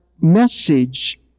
message